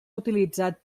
utilitzat